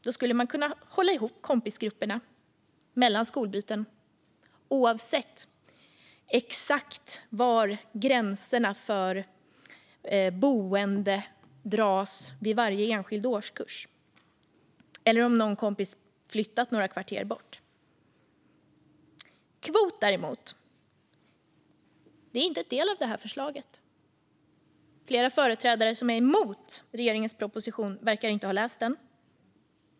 Då skulle man kunna hålla ihop kompisgrupperna mellan skolbyten, oavsett exakt var gränserna för boende dras vid varje enskild årskurs eller om någon kompis flyttat några kvarter bort. Kvot är däremot inte en del av det här förslaget. Flera företrädare som är emot regeringens proposition verkar inte ha läst den.